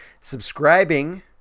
subscribing